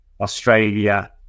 australia